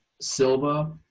Silva